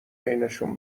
بینشون